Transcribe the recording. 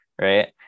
Right